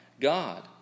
God